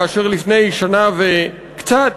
כאשר לפני שנה וקצת